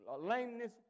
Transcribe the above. lameness